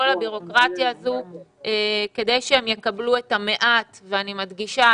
הבירוקרטיה הזאת כדי שהם יקבלו את המעט - ואני מדגישה,